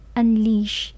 unleash